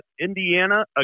Indiana